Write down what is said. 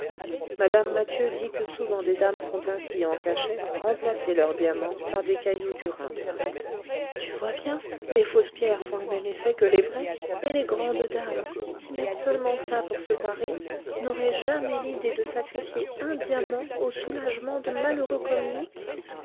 mme mathieu dit que souvent des dames font ainsi en cachette remplacer leurs diamants par des cailloux du rhin tu vois bien les fausses pierres font le même effet que les vraies et les grandes dames qui mettent seulement ça pour se parer n'auraient jamais l'idée de sacrifier un diamant au soulagement de malheureux comme nous